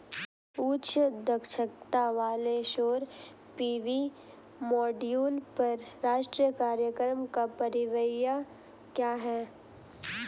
उच्च दक्षता वाले सौर पी.वी मॉड्यूल पर राष्ट्रीय कार्यक्रम का परिव्यय क्या है?